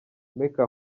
make